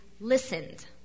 listened